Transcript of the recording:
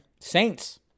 Saints